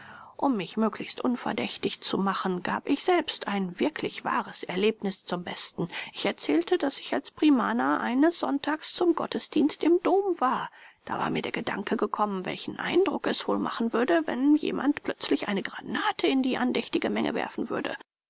um mich möglichst unverdächtig zu machen gab ich selbst ein wirklich wahres erlebnis zum besten ich erzählte daß ich als primaner eines sonntags zum gottesdienst im dom war da war mir der gedanke gekommen welchen eindruck es wohl machen würde wenn jemand plötzlich eine granate in die andächtige menge werfen würde